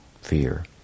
fear